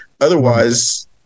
Otherwise